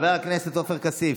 חבר הכנסת עופר כסיף.